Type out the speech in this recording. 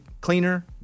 cleaner